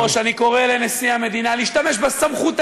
אני מסיים, אדוני היושב-ראש.